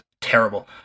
terrible